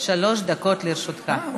שלוש דקות לרשותך.